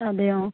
അതെയോ